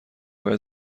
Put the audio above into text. باید